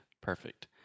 perfect